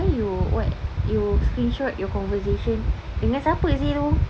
why you what you screenshot your conversation dengan siapa seh tu